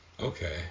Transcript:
Okay